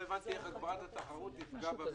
לא הבנתי איך הגברת התחרות תפגע בזה.